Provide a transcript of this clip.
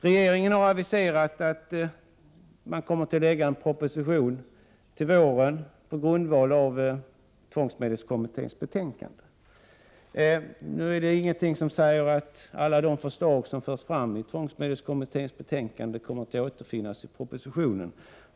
Regeringen har aviserat att man kommer att lägga fram en proposition till våren på grundval av tvångsmedelskommitténs betänkande. Nu är det inget som säger att alla förslag som förs fram i tvångsmedelskommitténs betänkande kommer att återfinnas i propositionen.